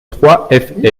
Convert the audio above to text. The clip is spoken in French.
trois